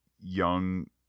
young